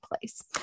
place